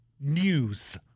news